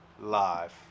Live